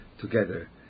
together